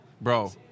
Bro